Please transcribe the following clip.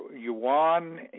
yuan